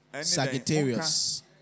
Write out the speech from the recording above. Sagittarius